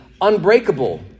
unbreakable